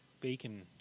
Bacon